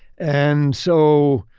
and so,